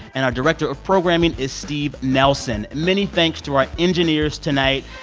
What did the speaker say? and our director of programming is steve nelson. many thanks to our engineers tonight,